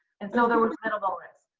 and so, there was minimal risk,